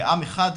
כעם אחד,